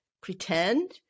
pretend